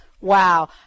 Wow